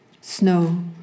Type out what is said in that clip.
Snow